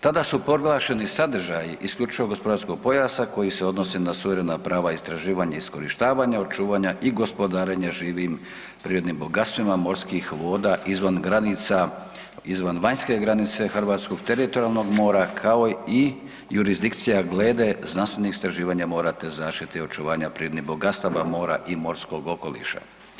Tada su proglašeni sadržaji IGP-a koji se odnose na suverena prava istraživanja i iskorištavanja, očuvanja i gospodarenja živim prirodnim bogatstvima morskih voda izvan granica, izvan vanjske granice hrvatskog teritorijalnog mora, ako i jurisdikcija glede znanstvenih istraživanja mora te zaštiti i očuvanju prirodnih bogatstava mora i morskog okoliša.